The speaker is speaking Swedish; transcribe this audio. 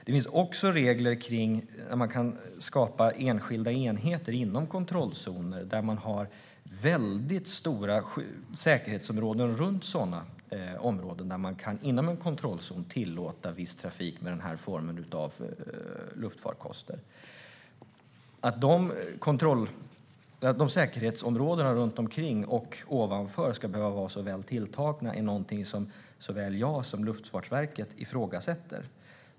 Det finns också regler om att man kan skapa enskilda enheter inom kontrollzoner där man har väldigt stora säkerhetsområden runt sådana områden där man inom en kontrollzon kan tillåta viss trafik med den här formen av luftfarkoster. Att säkerhetsområdena runt omkring och ovanför ska behöva vara så väl tilltagna är något som såväl jag som Luftfartsverket ifrågasätter.